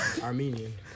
Armenian